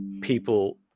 people